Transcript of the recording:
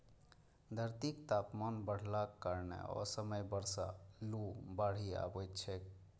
धरतीक तापमान बढ़लाक कारणें असमय बर्षा, लू, बाढ़ि अबैत छैक